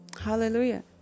Hallelujah